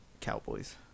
Cowboys